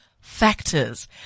factors